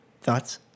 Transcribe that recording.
Thoughts